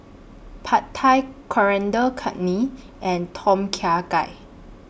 Pad Thai Coriander Chutney and Tom Kha Gai